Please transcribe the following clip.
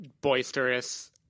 boisterous